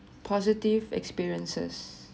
positive experiences